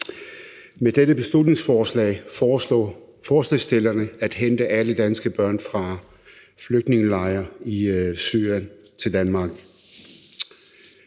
Med dette beslutningsforslag foreslår forslagsstillerne at hente alle danske børn fra flygtningelejre i Syrien til Danmark.